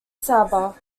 saba